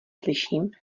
slyším